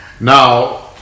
Now